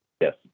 Yes